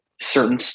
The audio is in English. certain